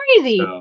crazy